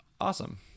Awesome